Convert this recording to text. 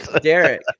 Derek